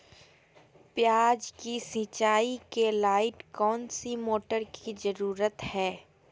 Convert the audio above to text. प्याज की सिंचाई के लाइट कौन सी मोटर की जरूरत है?